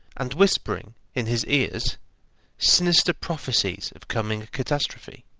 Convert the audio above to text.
and whispering in his ears sinister prophecies of coming catastrophe.